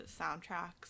soundtracks